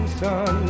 sun